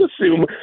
assume